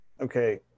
okay